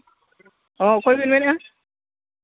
ᱦᱮᱸ ᱚᱠᱚᱭ ᱵᱤᱱ ᱢᱮᱱᱮᱫᱼᱟ